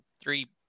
three